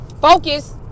focus